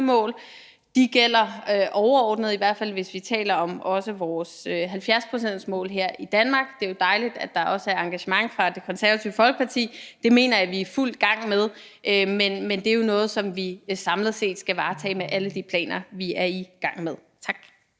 klimamål. De gælder overordnet, i hvert fald hvis vi taler om vores 70-procentsmål her i Danmark. Det er jo dejligt, at der også er engagement fra Det Konservative Folkeparti. Det mener jeg at vi er i fuld gang med, men det er jo noget, som vi samlet set skal varetage med alle de planer, vi er i gang med. Tak.